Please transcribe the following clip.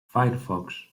firefox